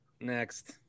next